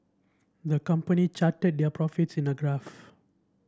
the company charted their profits in a graph